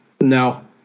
No